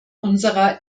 unserer